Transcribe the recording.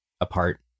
apart